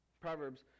Proverbs